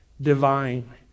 divine